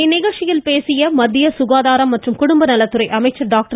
இந்நிகழ்ச்சியில் பேசிய மத்திய சுகாதாரம் மற்றும் குடும்பநலத்துறை அமைச்சர் டாக்டர்